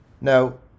Now